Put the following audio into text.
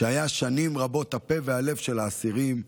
שהיה שנים רבות הפה והלב של האסירים.